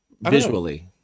visually